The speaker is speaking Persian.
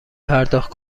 پرداخت